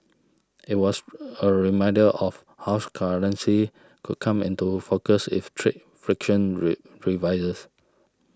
it was a reminder of how currency could come into focus if trade friction re revises